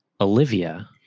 Olivia